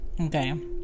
okay